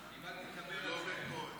טיעונים משפטיים, שמוכיח,